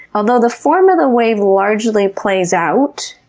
although, the form of the wave largely plays out